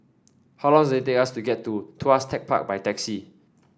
how long does it take to get to Tuas Tech Park by taxi